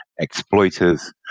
exploiters